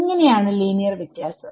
എങ്ങനെയാണ് ലീനിയർ വ്യത്യാസം